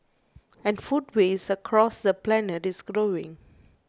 and food waste across the planet is growing